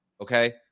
Okay